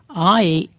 i. e.